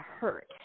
hurt